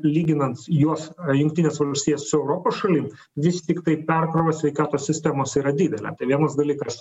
lyginant juos jungtines valstijas su europos šalim vis tiktai perkrova sveikatos sistemos yra didelė vienas dalykas